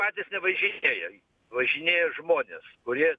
patys nevažinėjam važinėja žmonės kurie